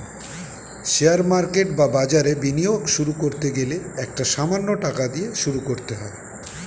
share market বা বাজারে বিনিয়োগ শুরু করতে গেলে একটা সামান্য টাকা দিয়ে শুরু করতে হয়